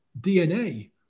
DNA